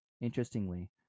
Interestingly